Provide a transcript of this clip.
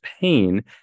pain